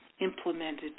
implemented